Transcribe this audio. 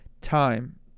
Time